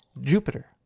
Jupiter